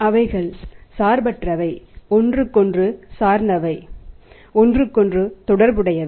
அவைகள் சார்பற்றவை ஒன்றுக்கொன்று சார்ந்தவை கொன்று தொடர்புடையவை